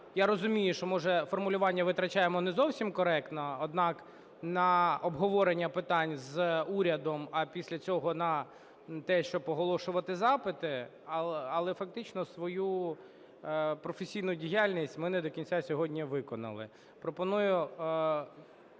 Я розумію, що, може, формулювання витрачаємо не зовсім коректне, однак на обговорення питань з урядом, а після цього на те, щоб оголошувати запити, але фактично свою професійну діяльність ми не до кінця сьогодні виконали.